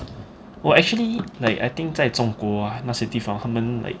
oh actually like I think 在中国那些地方他们 like